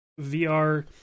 VR